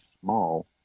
small